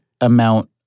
amount